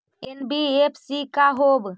NBFC का होब?